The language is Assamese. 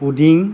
পুদিং